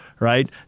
right